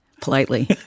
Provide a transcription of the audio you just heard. politely